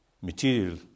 material